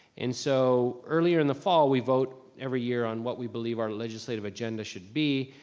and so, earlier in the fall, we vote every year on what we believe our legislative agenda should be.